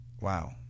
wow